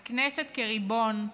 של הכנסת כריבון,